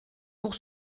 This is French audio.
pour